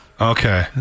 Okay